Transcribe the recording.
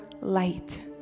light